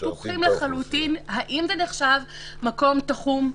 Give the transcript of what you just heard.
פתוחים לחלוטין האם זה נחשב מקום תחום?